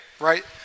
right